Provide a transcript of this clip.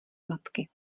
matky